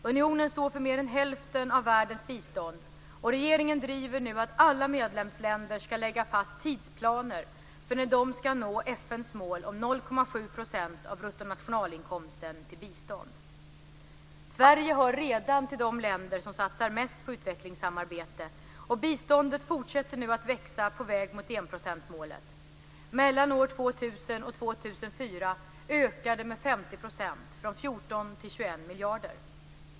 Unionen står för mer än hälften av världens bistånd, och regeringen driver nu att alla medlemsländer ska lägga fast tidsplaner för när de ska nå FN:s mål om Sverige hör redan till de länder som satsar mest på utvecklingssamarbete, och biståndet fortsätter nu att växa på väg mot enprocentsmålet. Mellan åren 2000 och 2004 ökar det med 50 %, från 14 till 21 miljarder kronor.